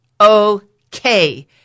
okay